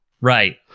Right